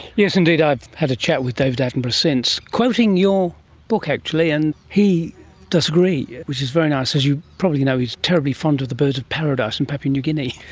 yes indeed, i've had a chat with david attenborough since, quoting your book actually, and he does agree, which is very nice. as you probably know he's terribly fond of the birds of paradise in papua new guinea.